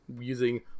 using